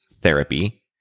Therapy